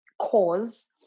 cause